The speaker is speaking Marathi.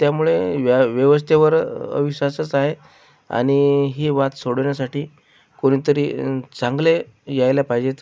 त्यामुळे व्यवस्थेवर अविश्वासच आहे आणि हे वाद सोडवण्यासाठी कोणीतरी चांगले यायला पाहिजेत